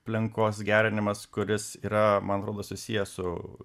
aplinkos gerinimas kuris yra man rodos susijęs su